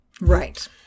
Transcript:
Right